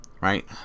right